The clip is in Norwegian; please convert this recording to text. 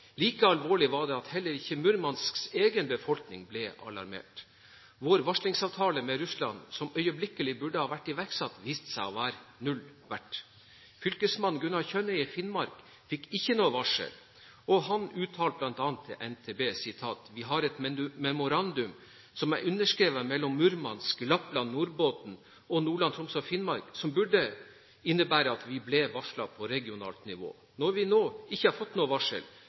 Like alvorlig var det at heller ikke Murmansks egen befolkning ble alarmert. Vår varslingsavtale med Russland, som øyeblikkelig burde ha vært iverksatt, viste seg å være null verdt. Fylkesmann Gunnar Kjønnøy i Finnmark fikk ikke noe varsel, og han uttalte bl.a. til NTB: «Vi har et memorandum som er underskrevet mellom Murmansk, Lappland, Norrbotn, Nordland, Troms og Finnmark som burde innebære at vi ble varslet på regionalt nivå. Når vi nå ikke har fått noe varsel,